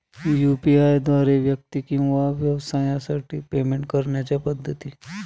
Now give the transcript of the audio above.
UPI द्वारे व्यक्ती किंवा व्यवसायांसाठी पेमेंट करण्याच्या पद्धती